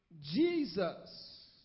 Jesus